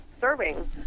serving